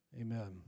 amen